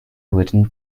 wooden